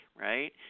right